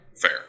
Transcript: fair